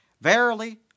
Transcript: Verily